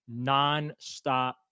nonstop